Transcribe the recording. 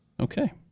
Okay